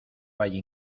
valle